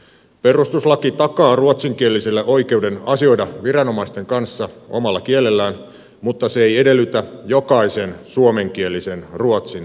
perustuslaki takaa ruotsinkielisille oikeuden asioida viranomaisten kanssa omalla kielellään mutta se ei edellytä jokaisen suomenkielisen ruotsin opiskelua